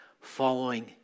following